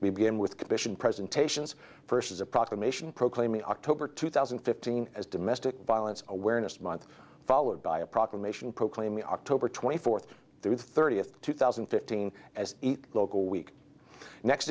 we begin with commission presentations first is a proclamation proclaiming october two thousand and fifteen as domestic violence awareness month followed by a proclamation proclaiming october twenty fourth through thirtieth two thousand and fifteen as eat local week next